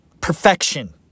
perfection